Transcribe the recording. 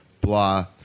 blah